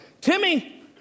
Timmy